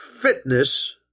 fitness